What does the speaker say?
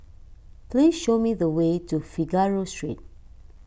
please show me the way to Figaro Street